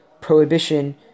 prohibition